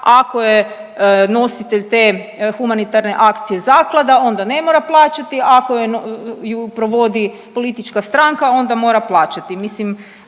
ako je nositelj te humanitarne akcije Zaklada onda ne mora plaćati, ako ju provodi politička stranka onda mora plaćati.